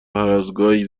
هرازگاهی